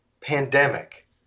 pandemic